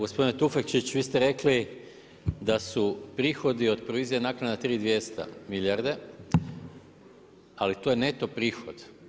Gospodine Tufekčić, vi ste rekli da su prihodi od provizije naknada 3 i 200 milijarde ali to je neto prihod.